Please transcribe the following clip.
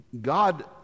God